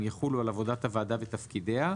יחולו על עבודת הוועדה ותפקידיה,